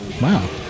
Wow